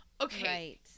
Okay